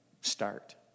start